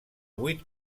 vuit